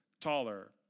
taller